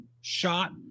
shot